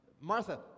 Martha